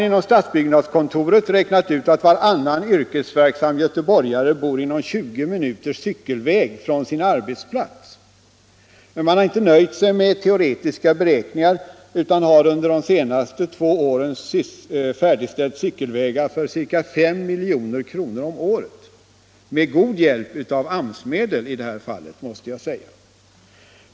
Inom stadsbyggnadskontoret har man räknat ut att varannan yrkesverksam göteborgare bor inom 20 minuters cykelväg från sin arbetsplats. Men man har inte nöjt sig med teoretiska beräkningar, utan man har under de senaste två åren färdigställt cykelvägar för ca 5 milj.kr. om året — med god hjälp av AMS-medel, vill jag tillägga.